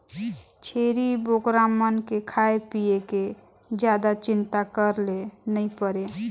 छेरी बोकरा मन के खाए पिए के जादा चिंता करे ले नइ परे